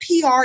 PR